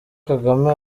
kagame